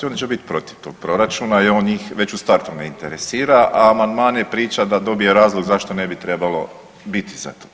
Oni će biti protiv tog proračuna jer on njih već u startu ne interesira, a amandman je priča da dobije razlog zašto ne bi trebalo biti za to.